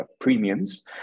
premiums